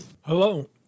Hello